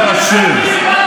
לאשר.